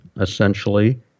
essentially